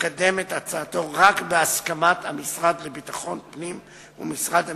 יקדם את הצעתו רק בהסכמת המשרד לביטחון פנים ומשרד המשפטים,